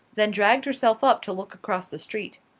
then dragged herself up to look across the street.